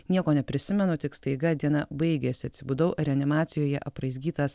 nieko neprisimenu tik staiga diena baigėsi atsibudau reanimacijoje apraizgytas